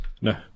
No